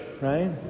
right